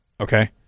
Okay